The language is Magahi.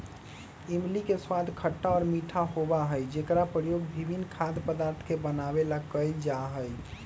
इमली के स्वाद खट्टा और मीठा होबा हई जेकरा प्रयोग विभिन्न खाद्य पदार्थ के बनावे ला कइल जाहई